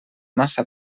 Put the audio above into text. massa